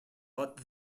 but